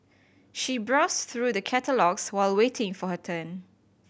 she browsed through the catalogues while waiting for her turn